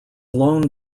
lone